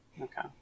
Okay